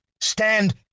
stand